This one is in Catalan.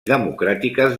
democràtiques